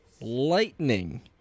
lightning